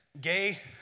gay